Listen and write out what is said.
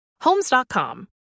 homes.com